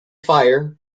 fire